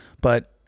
but-